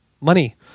money